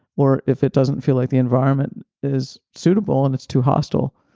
or if it doesn't feel like the environment is suitable and it's too hostile,